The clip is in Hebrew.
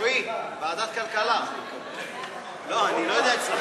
לוועדת הכלכלה נתקבלה.